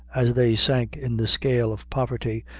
as they sank in the scale of poverty,